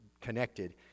Connected